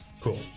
cool